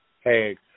hey